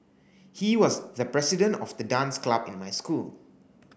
he was the president of the dance club in my school